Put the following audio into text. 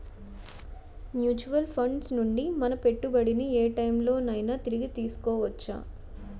Mutual funds నుండి మన పెట్టుబడిని ఏ టైం లోనైనా తిరిగి తీసుకోవచ్చా?